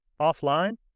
offline